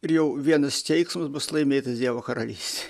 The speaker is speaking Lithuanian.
ir jau vienas keiksmas bus laimėtas dievo karalystei